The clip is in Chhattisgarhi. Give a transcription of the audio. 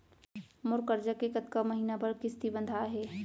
मोर करजा के कतका महीना बर किस्ती बंधाये हे?